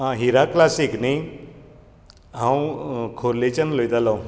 आं हिरा क्लासीक न्ही हांव खोर्लेंच्यान उलयतालो